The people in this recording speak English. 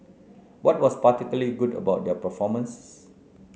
what was particularly good about their performances